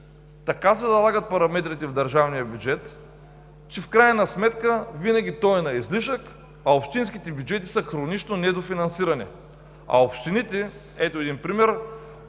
така се залагат параметрите в държавния бюджет, че в крайна сметка винаги той е на излишък, а общинските бюджети са хронично недофинансирани. А общините – ето един пример